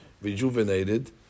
rejuvenated